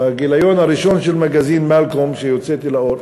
בגיליון הראשון של מגזין "מאלקום", שהוצאתי לאור.